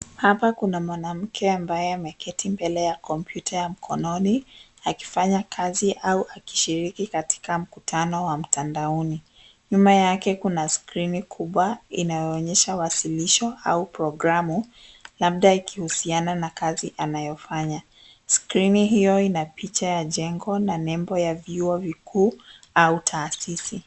Hapa kuna mwanamke ambaye ameketi mbele ya kompyuta ya mkononi akifanya kazi au akishiriki katika mkutano wa mtandaoni. Nyuma yake kuna skrini kubwa inayoonyesha wasilisho au programu labda ikihusiana na kazi anayofanya. Skrini hiyo ina picha ya jengo na nembo ya vyuo vikuu au taasisi.